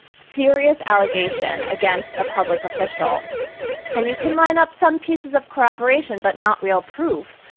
serious allegation against a public official and you can line up some pieces of corroboration, but not real proof,